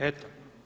Eto.